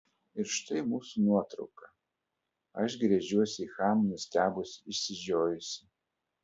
ir štai mūsų nuotrauka aš gręžiuosi į haną nustebusi išsižiojusi